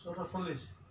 ছটা চল্লিছ